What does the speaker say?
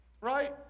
right